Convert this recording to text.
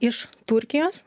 iš turkijos